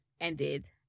ended